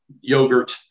yogurt